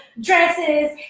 dresses